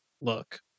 Look